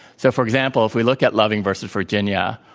so, for example, if we look at loving v. virginia,